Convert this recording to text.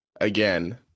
again